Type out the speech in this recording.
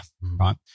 right